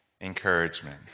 encouragement